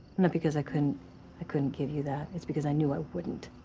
not because i couldn't i couldn't give you that, it's because i knew i wouldn't.